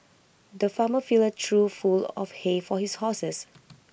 the farmer filled A trough full of hay for his horses